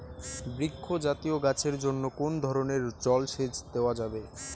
বৃক্ষ জাতীয় গাছের জন্য কোন ধরণের জল সেচ দেওয়া যাবে?